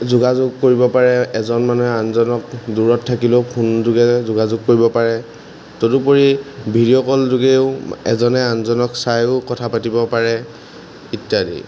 যোগাযোগ কৰিব পাৰে এজন মানুহে আনজনক দূৰত থাকিলেও ফোনযোগে যোগাযোগ কৰিব পাৰে তদুপৰি ভিডিঅ' কল যোগেও এজনে আনজনক চাইয়ো কথা পাতিব পাৰে ইত্যাদি